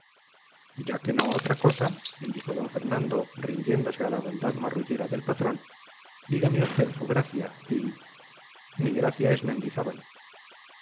ya que no otra cosa indicó d fernando rindiéndose a la bondad marrullera del patrón dígame usted su gracia y mi gracia es mendizábal